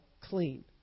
clean